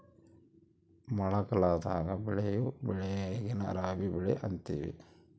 ಮಳಗಲದಾಗ ಬೆಳಿಯೊ ಬೆಳೆನ ರಾಬಿ ಬೆಳೆ ಅಂತಿವಿ